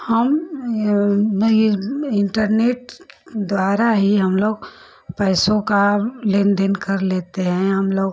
हम यह ना यह इन्टरनेट द्वारा ही हमलोग पैसों का लेनदेन कर लेते हैं हमलोग